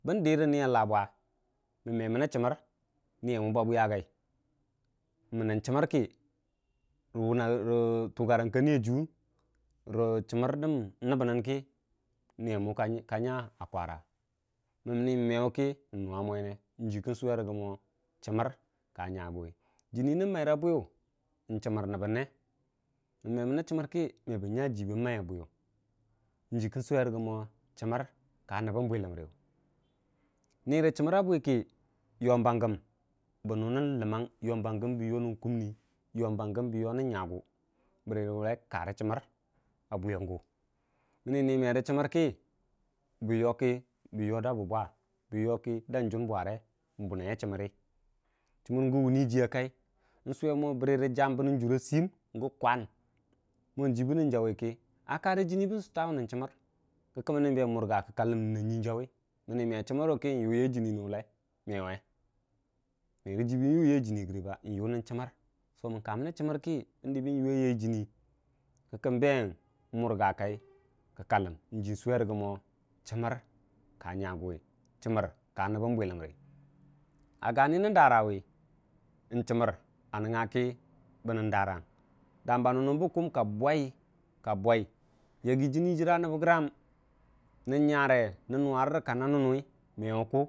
bən də rə nii a labwa mən memna chəmər kə niya wu ba bwiya hai men tuggarang ka niyojiwun rə chəmər dən nəbən nən kə niyamu ka nya kwara mənə me wukə n'nuwa mo yənigə ju kən swerə gə mo chəmər ka nyaguwi jənni nən mai ra bwiyu n'chəmər nəbən ne mən me mənə chəmər kə me bən nya jii bən maiya bwiyu ju kən swerəgə mo chəmər ka nəbən bwilləmrəye ni karə chəmər a bwi kə yom bangəm bə yo nən ləmang bə nu nəm kummi yomba gəm bə yoo nən nyagu bərəwwai bərəkə karə chəmər a bwiyangu mənni merə chəmər a bwiyangu mənni merə chəmər kə bəyo da bwubbwa dan juun bwere wbunaiya chəmərə chəmər gən wunniji a kai swemo bərə jam nən juurəm a siyən gu kwam mo ju bənən jawukə karə jənni bən stwawu re chəmər kə ka duun n'wurha kəka ləmnən a nyui n'jawi mənə me chəmər wu kə n'yunən wullai me we merəii bən yuu ya jənni rəgə wyuu nən chəmər jii kən swe rəgə mo chəmər ka nyaguwi chəmər ka nəbən bwiləmri a gani nən darawu n'chəmər a nəngnga kə nən darawung dam ba nənnən bə kuwumka bwai, yaggi jənni jərra nəbbəgram nən nyare nən nuwarə kanna nunuwai ko.